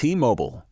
T-Mobile